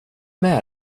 med